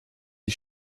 die